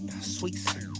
sweet